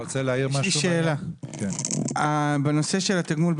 ג"ר: יש לי שאלה בנושא של התגמול.